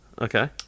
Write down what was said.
Okay